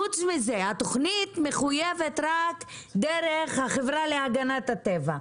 חוץ מזה, התוכנית מחויבת רק דרך החברה להגנת הטבע.